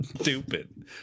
Stupid